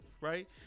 right